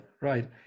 right